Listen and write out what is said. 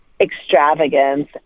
extravagance